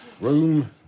Room